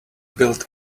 build